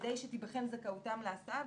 כדי שתיבחן זכאותם להסעה,